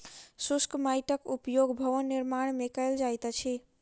शुष्क माइटक उपयोग भवन निर्माण मे कयल जाइत अछि